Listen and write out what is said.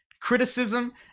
criticism